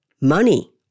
Money